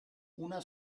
una